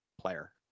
player